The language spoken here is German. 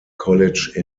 college